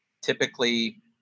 typically